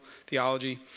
theology